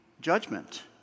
judgment